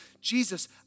Jesus